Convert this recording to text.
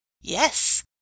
yes